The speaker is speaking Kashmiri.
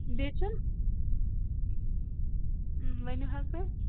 بیٚیہِ چھِ اۭں ؤنِو حظ تُہۍ